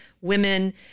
women